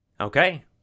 Okay